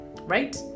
right